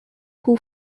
who